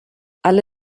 alle